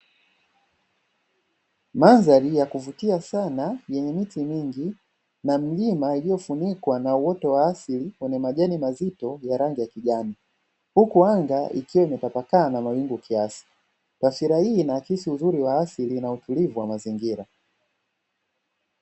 Mandhari ya kuvutia sana yenye miti mingi na milima iliyofunikwa na uoto wa asili wenye majani mazito ya rangi ya kijani, huku anga likiwa limetapakaa na mawingu kiasi, taswira hii inaakisi uzuri wa asili na utulivu wa mazingira.